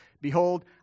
Behold